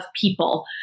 people